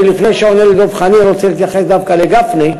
לפני שאני עונה לדב חנין אני רוצה להתייחס לדבריו של גפני.